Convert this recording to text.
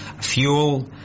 Fuel